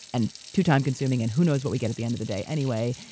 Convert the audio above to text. and too time consuming, and who knows what we get at the end of the day anyway.